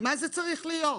מה זה צריך להיות?